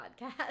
podcast